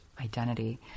identity